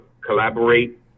collaborate